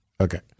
Okay